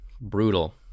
Brutal